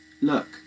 look